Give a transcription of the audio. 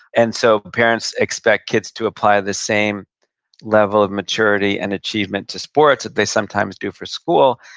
and so parents expect kids to apply the same level of maturity and achievement to sports that they sometimes do for school.